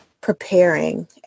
preparing